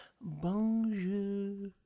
Bonjour